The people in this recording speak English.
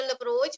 approach